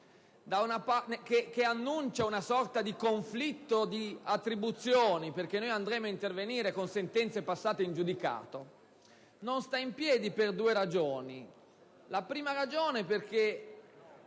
che annuncia una sorta di conflitto di attribuzione, perché andremmo ad intervenire su sentenze passate in giudicato, non sta in piedi per due ragioni: in primo luogo perché